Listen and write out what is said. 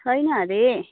छैन अरे